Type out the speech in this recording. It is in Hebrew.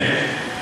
כן.